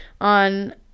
on